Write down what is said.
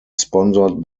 sponsored